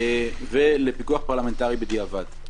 לפיקוח פרלמנטרי בדיעבד.